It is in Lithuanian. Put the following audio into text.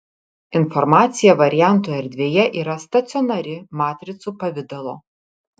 informacija variantų erdvėje yra stacionari matricų pavidalo